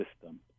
system